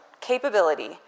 capability